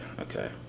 okay